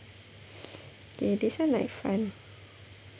okay this one like fun